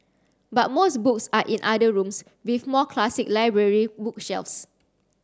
but most books are in other rooms with more classic library bookshelves